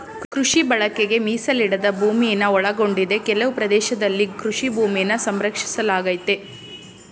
ಕೃಷಿ ಬಳಕೆಗೆ ಮೀಸಲಿಡದ ಭೂಮಿನ ಒಳಗೊಂಡಿದೆ ಕೆಲವು ಪ್ರದೇಶದಲ್ಲಿ ಕೃಷಿ ಭೂಮಿನ ಸಂರಕ್ಷಿಸಲಾಗಯ್ತೆ